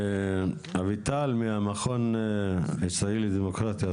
אביטל מהמכון הישראלי לדמוקרטיה,